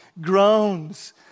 groans